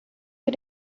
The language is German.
für